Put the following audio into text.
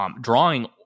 drawing